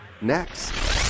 next